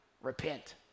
repent